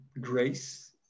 grace